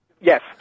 Yes